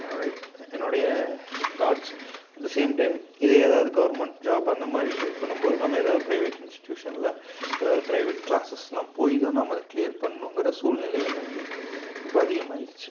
என்னோடய என்னோடய thoughts at the same time இதே எதாவது கவர்மெண்ட் ஜாப் அந்த மாதிரி ட்ரை பண்ணும் போது நம்ம எதாவது ப்ரைவேட் இன்ஸ்டியூஷனில் எதாவது ப்ரைவேட் க்ளாஸஸ்லாம் போய் தான் நம்ம அதை க்ளியர் பண்ணுங்கிற சூழ்நிலைகள் வந்து இப்போ அதிகமாயிடுச்சு